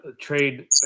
trade